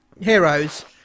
Heroes